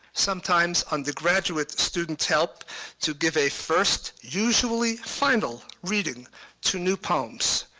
sometimes on the graduate students' help to give a first, usually final, reading to new poems.